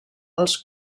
els